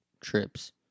trips